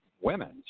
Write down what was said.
women